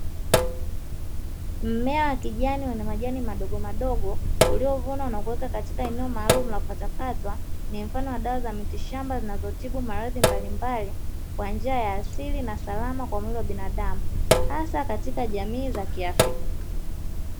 Mmea wa kijani wenye majani madogo madogo, uliovunwa nakuwekwa eneo maalum nakukatwakatwa, ni mfano wa dawa za miti shamba zinazotibu magonjwa mbalimbali kwa njia ya asili na salama kwa mwili wa binadamu hasa katika jamii za kiafrika.